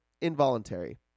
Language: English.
involuntary